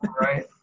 Right